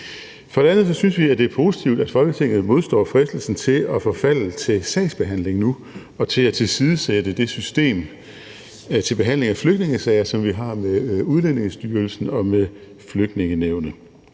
For det andet synes vi, det er positivt, at Folketinget modstår fristelsen til at forfalde til sagsbehandling nu og til at tilsidesætte det system til behandling af flygtningesager, som vi har med Udlændingestyrelsen og Flygtningenævnet.